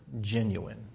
genuine